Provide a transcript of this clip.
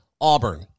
Auburn